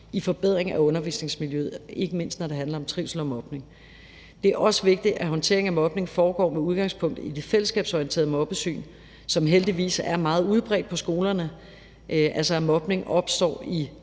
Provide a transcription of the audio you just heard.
i forbedring af undervisningsmiljøet, ikke mindst, når det handler om trivsel og mobning. Det er også vigtigt, at håndteringen af mobning foregår med udgangspunkt i det fællesskabsorienterede mobbesyn, som heldigvis er meget udbredt på skolerne, altså at mobning opstår i